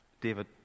David